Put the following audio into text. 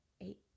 eight